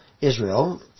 Israel